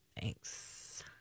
Thanks